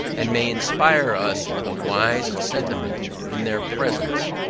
and may inspire us with a wise sentiment in their presence.